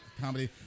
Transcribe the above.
comedy